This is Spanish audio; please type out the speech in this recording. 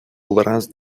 obras